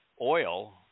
oil